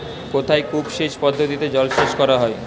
কোথায় কূপ সেচ পদ্ধতিতে জলসেচ করা হয়?